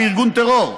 כארגון טרור.